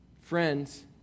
friends